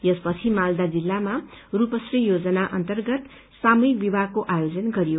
यसपछि मालदा जिल्लामा रूप श्री योजना अन्तर्गत सामुहिक विवाहको आयोजन भयो